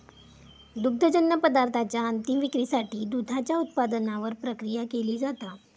दुग्धजन्य पदार्थांच्या अंतीम विक्रीसाठी दुधाच्या उत्पादनावर प्रक्रिया केली जाता